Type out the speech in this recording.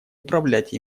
управлять